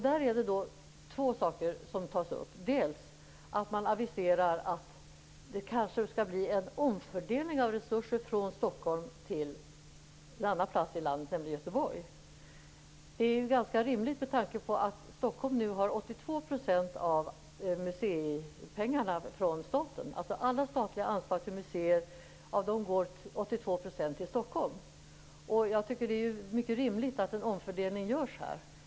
Där är det två saker som tas upp, dels att man aviserar att det kanske skall bli en omfördelning av resurser från Stockholm till en annan plats i landet, nämligen Göteborg. Det är ganska rimligt med tanke på att Stockholm har 82 % av museipengarna från staten. Av alla statliga anslag till museer går 82 % till Stockholm. Jag tycker att det är mycket rimligt att en omfördelning görs.